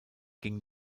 ging